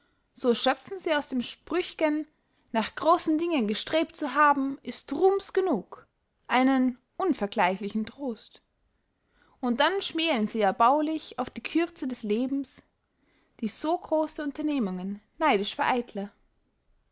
so schöpfen sie aus dem sprüchgen nach grossen dingen gestrebt zu haben ist ruhms genug einen unvergleichlichen trost und dann schmählen sie erbaulich auf die kürze des lebens die so grosse unternehmungen neidisch vereitle